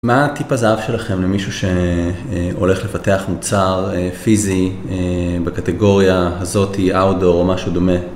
מה הטיפ הזהב שלכם למישהו שהולך לפתח מוצר פיזי בקטגוריה הזאתי, outdoor או משהו דומה?